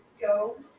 go